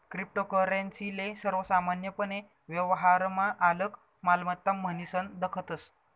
cryptocurrency ले सर्वसामान्यपने व्यवहारमा आलक मालमत्ता म्हनीसन दखतस